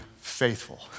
faithful